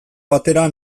batera